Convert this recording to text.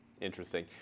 Interesting